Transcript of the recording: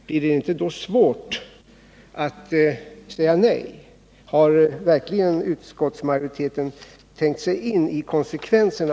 Blir det inte då svårt att säga nej? Har verkligen utskottsmajoriteten tänkt sig in i konsekvenserna?